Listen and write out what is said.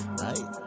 right